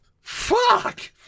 Fuck